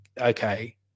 okay